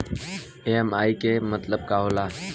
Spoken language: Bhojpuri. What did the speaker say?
ई.एम.आई के मतलब का होला?